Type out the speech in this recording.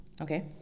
okay